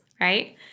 right